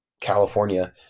California